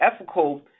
ethical